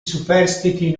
superstiti